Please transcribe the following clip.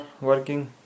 working